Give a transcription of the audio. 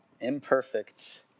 imperfect